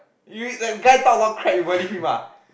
you that guy talk one crap you believe him ah